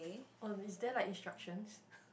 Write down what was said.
oh is there like instructions